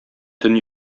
төн